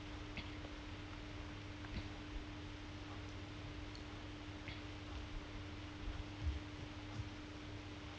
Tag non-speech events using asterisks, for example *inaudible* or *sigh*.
*coughs* *coughs* *coughs*